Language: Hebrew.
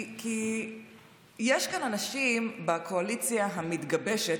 יש כאן אנשים בקואליציה המתגבשת,